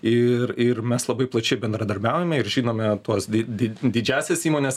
ir ir mes labai plačiai bendradarbiaujame ir žinome tuos di di didžiąsias įmones